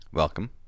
Welcome